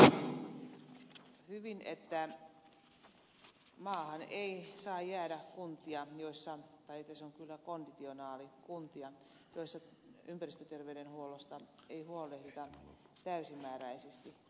mietinnössä todetaan hyvin että maahan ei saa jäädä tai tässä on kyllä konditionaali kuntia joissa ympäristöterveydenhuollosta ei huolehdita täysimääräisesti